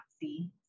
see